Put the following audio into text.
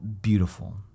beautiful